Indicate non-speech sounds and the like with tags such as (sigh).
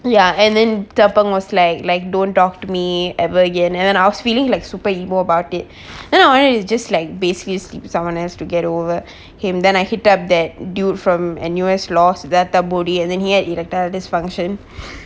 ya and then the girl was like don't talk to me ever again and and I was feeling like super emo about it (breath) then I will like it's just like basically sleep with someone else to get over (breath) him then I hit up that dude from N_U_S laws thatha boodi and then had erectile dysfunction (breath)